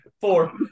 Four